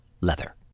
leather